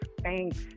thanks